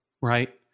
right